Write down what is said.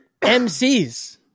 MCs